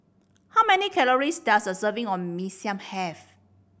how many calories does a serving of Mee Siam have